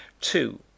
two